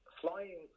flying